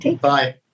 Bye